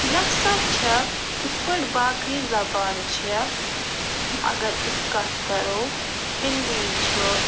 یہِ ہسا چھِ یِتھ پٲٹھۍ باقٕے زبانہٕ چھِ اگر أسۍ کَتھ کَرو ہِنٛدی چھُ